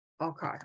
Okay